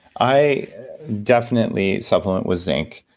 i definitely supplement with zinc,